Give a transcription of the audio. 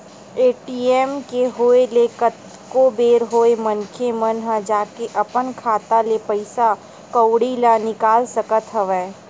ATM के होय ले कतको बेर होय मनखे मन ह जाके अपन खाता ले पइसा कउड़ी ल निकाल सकत हवय